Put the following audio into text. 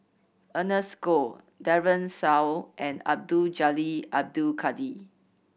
Ernest Goh Daren Shiau and Abdul Jalil Abdul Kadir